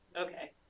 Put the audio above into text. okay